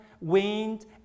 wind